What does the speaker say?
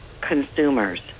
consumers